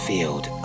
Field